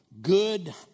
good